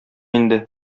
инде